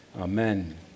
amen